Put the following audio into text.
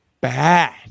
bad